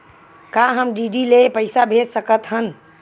का हम डी.डी ले पईसा भेज सकत हन?